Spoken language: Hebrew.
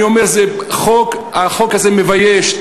אני אומר, החוק הזה מבייש.